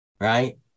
right